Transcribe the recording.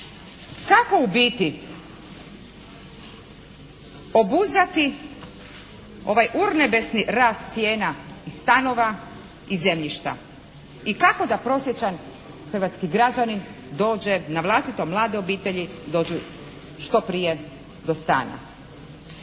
Kako u biti obuzdati ovaj urnebesni rast cijena i stanova i zemljišta? I kako da prosječan hrvatski građanin dođe, navlastito mlade obitelji, dođu što prije do stana?